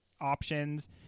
options